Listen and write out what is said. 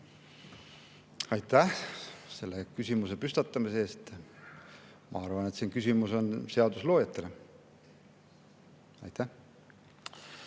Aitäh selle küsimuse püstitamise eest! Ma arvan, et see on küsimus seaduse loojatele. Aitäh